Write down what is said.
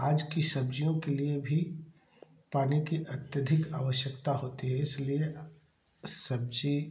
आज की सब्जियों के लिए पानी की अत्यधिक आवश्यकता होती है इसलिए सब्जी